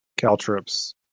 caltrips